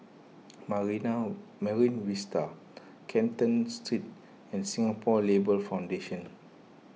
Marine Vista Canton Street and Singapore Labour Foundation